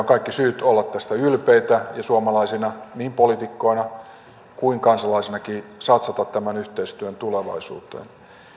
kaikki syyt olla tästä ylpeitä ja suomalaisina niin poliitikkoina kuin kansalaisinakin satsata tämän yhteistyön tulevaisuuteen